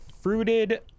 fruited